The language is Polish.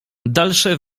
dalsze